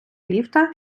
ліфта